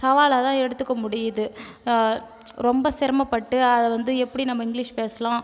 சவால தான் எடுத்துக்க முடியிது ரொம்ப சிரமப்பட்டு அதை வந்து எப்படி இங்கிலீஷ் பேசலாம்